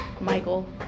Michael